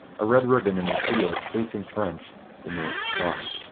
a red ribbon in the seal states in french the north star.